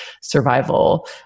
survival